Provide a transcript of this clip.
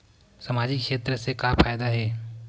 सामजिक क्षेत्र से का फ़ायदा हे?